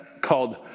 called